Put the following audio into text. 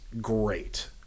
great